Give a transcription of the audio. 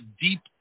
deep